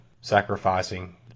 sacrificing